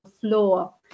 floor